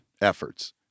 efforts